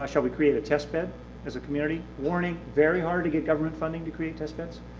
ah shall we create a test bed as a community? warning, very hard to get government funding to create testbeds,